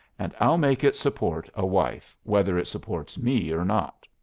and i'll make it support a wife whether it supports me or not.